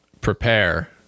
prepare